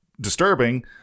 disturbing